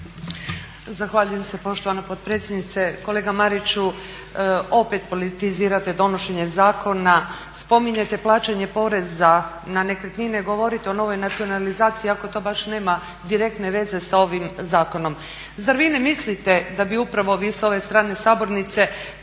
Zahvaljujem se poštovana potpredsjednice. Kolega Mariću opet politizirate donošenje zakona. spominjete plaćanje poreza na nekretnine, govorite o novoj nacionalizaciji iako to baš nema direktne veze sa ovim zakonom. Zar vi ne mislite da bi vi upravo sa ove strane sabornice